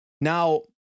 Now